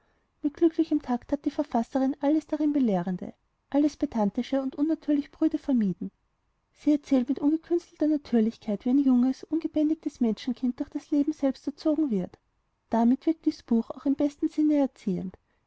mit glücklichem takt hat die verfasserin alles rein belehrende alles pedantische und unnatürlich prüde vermieden sie erzählt mit ungekünstelter natürlichkeit wie ein junges ungebändigtes menschenkind durch das leben selbst erzogen wird deshalb wirkt dies buch auch im besten sinne erziehend